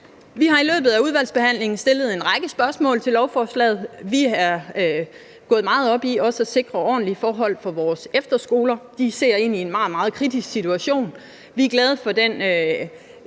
Vi har i løbet af udvalgsbehandlingen stillet en række spørgsmål til lovforslaget. Vi er gået meget op i også at sikre ordentlige forhold for vores efterskoler. De ser ind i en meget, meget kritisk situation. Vi er glade for den